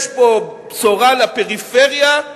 יש פה בשורה לפריפריה.